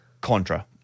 Contra